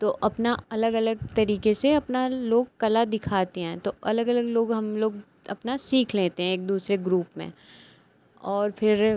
तो अपना अलग अलग तरीक़े से अपनी लोग कला दिखाते हैं तो अलग अलग लोग हम लोग अपना सीख लेते हैं एक दूसरे ग्रुप में और फिर